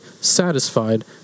satisfied